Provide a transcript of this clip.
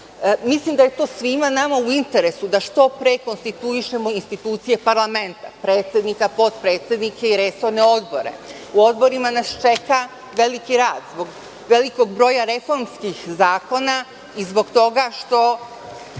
Mislim da je to svima nama u interesu da što pre konstituišemo institucije parlamenta – predsednika, potpredsednike i resorne odbore. U odborima nas čeka veliki rad zbog velikog broja reformskih zakona i zbog otvaranja